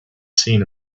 seen